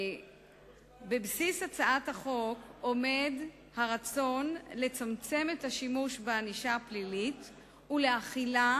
בבסיס הצעת החוק עומד הרצון לצמצם את השימוש בענישה פלילית ולהחילה